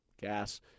gas